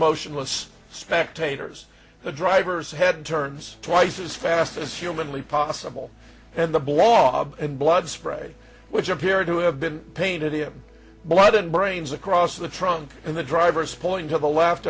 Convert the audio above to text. motionless spectators the driver's head turns twice as fast as humanly possible and the blob and blood spray which appeared to have been painted him blood and brains across the trunk and the driver's point to the left